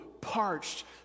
parched